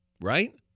Right